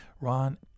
Ron